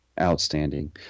outstanding